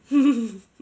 mmhmm